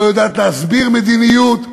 שלא יודעת להסביר מדיניות,